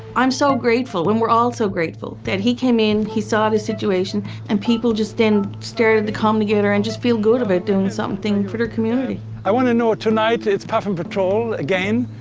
i'm so grateful, and we're all so grateful that he came in, he saw the situation and people just then stirred the common gator and just feel good about doing something for their community. i want to know tonight, it's puffin patrol again.